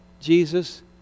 Jesus